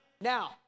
Now